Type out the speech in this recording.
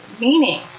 meaning